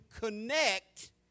connect